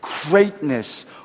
greatness